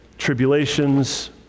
tribulations